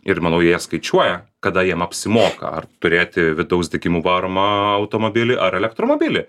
ir manau jie skaičiuoja kada jiem apsimoka ar turėti vidaus degimu varomą automobilį ar elektromobilį